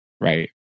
Right